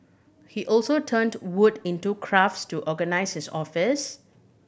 he also turned wood into crafts to organise his office